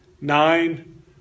nine